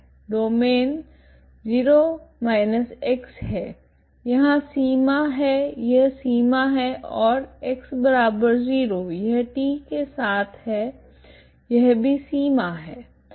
domain 0−x है यहाँ सीमा है यह सीमा है और x 0 यह t के साथ है यह भी सीमा है